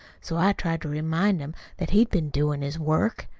so i tried to remind him that he'd been doin' his work.